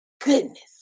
goodness